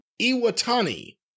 Iwatani